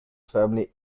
family